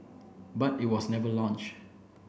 but it was never launched